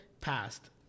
passed